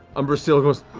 umbrasyl goes